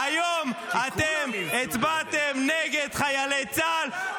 --- היום אתם הצבעתם נגד חיילי צה"ל,